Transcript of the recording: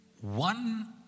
one